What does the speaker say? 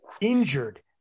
injured